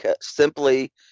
simply